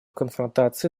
конфронтации